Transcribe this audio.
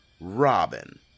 Robin